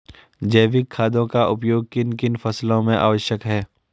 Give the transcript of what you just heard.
जैविक खादों का उपयोग किन किन फसलों में आवश्यक है?